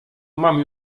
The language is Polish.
mam